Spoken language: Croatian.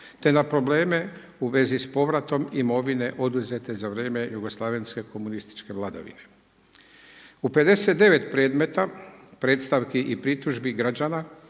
te na probleme u vezi s povratom imovine oduzete za vrijeme jugoslavenske komunističke vladavine. U 59 predmeta predstavki i pritužbi građana